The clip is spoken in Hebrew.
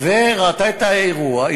וראתה את האירוע.